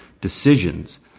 decisions